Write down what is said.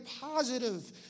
positive